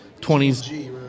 20s